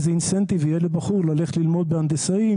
איזה תמריץ יהיה לבחור ללכת ללמוד בהנדסאי,